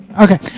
okay